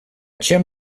чем